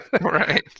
Right